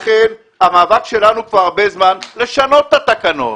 לכן המאבק שלנו כבר הרבה זמן הוא לשנות את התקנות.